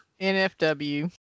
NFW